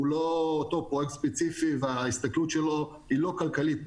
אני חושבת שוועדת הכלכלה צריכה לעשות על זה דיון משל עצמה,